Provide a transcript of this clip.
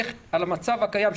איך על המצב הקיים,